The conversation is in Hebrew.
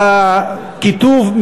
הכיתוב,